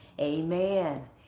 Amen